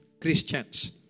Christians